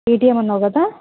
ATM అన్నావు కదా